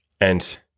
And-